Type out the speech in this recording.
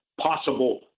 possible